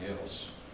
else